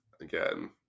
again